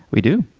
we do.